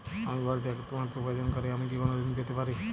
আমি বাড়িতে একমাত্র উপার্জনকারী আমি কি কোনো ঋণ পেতে পারি?